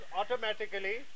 automatically